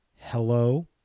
hello